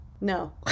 no